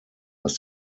was